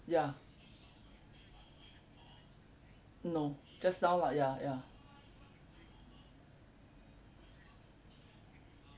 ya no just now lah ya ya